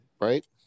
Right